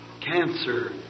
cancer